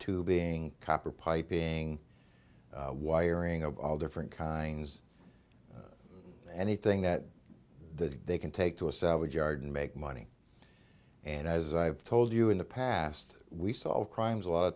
being copper piping wiring of all different kinds of anything that they can take to a salvage yard and make money and as i've told you in the past we solve crimes a lot